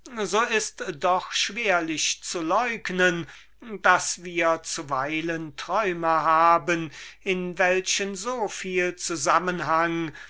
so ist gewiß daß wir zuweilen träume haben in denen so viel zusammenhang